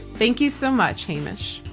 thank you so much, hamish.